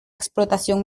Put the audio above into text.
explotación